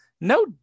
no